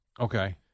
Okay